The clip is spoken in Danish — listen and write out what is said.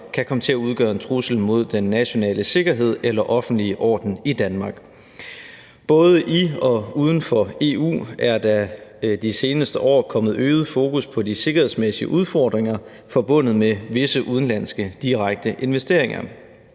kan komme til at udgøre en trussel mod den nationale sikkerhed eller offentlige orden i Danmark. Både i og uden for EU er der de seneste år kommet øget fokus på de sikkerhedsmæssige udfordringer forbundet med visse udenlandske direkte investeringer.